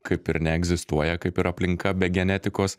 kaip ir neegzistuoja kaip ir aplinka be genetikos